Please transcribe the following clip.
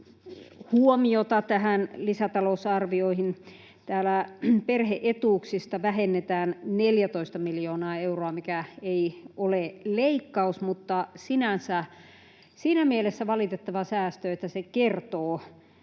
huomiota tästä lisätalousarviosta. Täällä perhe-etuuksista vähennetään 14 miljoonaa euroa, mikä ei ole leikkaus mutta sinänsä siinä mielessä valitettava säästö, että se kertoo